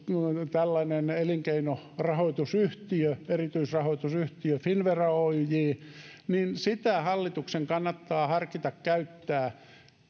tällainen valtion elinkeinorahoitusyhtiö erityisrahoitusyhtiö finnvera oyj niin sitä hallituksen kannattaa harkita käyttää